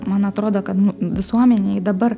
man atrodo kad visuomenėj dabar